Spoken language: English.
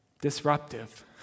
disruptive